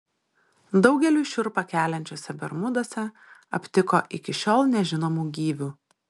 daugeliui šiurpą keliančiuose bermuduose aptiko iki šiol nežinomų gyvių